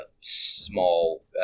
small